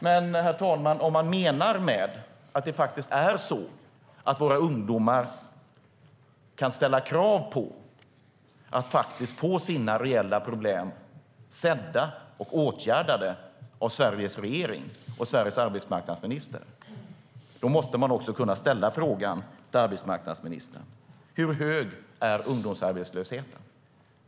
Men om man faktiskt menar att våra ungdomar kan ställa krav på att få sina reella problem sedda och åtgärdade av Sveriges regering och Sveriges arbetsmarknadsminister måste man också kunna ställa frågan till arbetsmarknadsministern: Hur hög är ungdomsarbetslösheten?